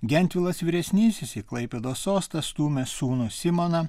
gentvilas vyresnysis į klaipėdos sostą stūmė sūnų simoną